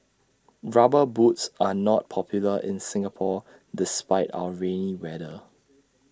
rubber boots are not popular in Singapore despite our rainy weather